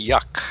Yuck